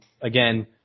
again